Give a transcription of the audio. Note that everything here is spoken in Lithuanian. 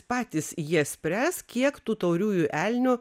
patys jie spręs kiek tų tauriųjų elnių